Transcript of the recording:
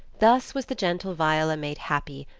thus was the gentle viola made happy,